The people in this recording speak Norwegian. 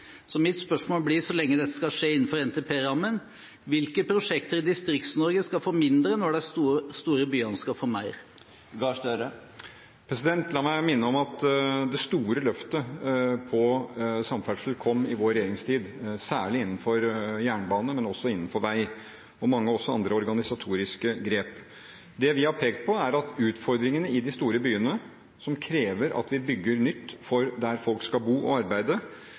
Så lenge dette skal skje innenfor NTP-rammen, hvilke prosjekter i Distrikts-Norge skal få mindre når de store byene skal få mer? La meg minne om at det store løftet på samferdselsområdet kom i vår regjeringstid – særlig innenfor jernbane, men også innenfor vei. Vi tok også mange andre organisatoriske grep. Det vi har pekt på, er at utfordringene i de store byene, som krever at vi bygger nytt der folk skal bo og arbeide,